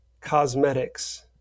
Cosmetics